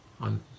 on